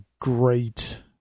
great